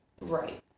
Right